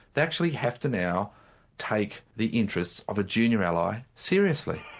they actually have to now take the interests of a junior ally seriously.